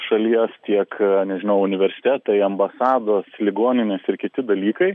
šalies tiek nežinau universitetai ambasados ligoninės ir kiti dalykai